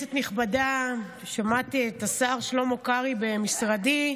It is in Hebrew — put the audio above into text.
כנסת נכבדה, שמעתי את השר שלמה קרעי במשרדי,